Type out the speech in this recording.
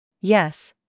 Yes